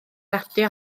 radio